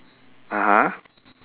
(uh huh)